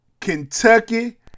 Kentucky